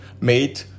made